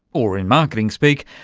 or, in marketing speak,